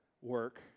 work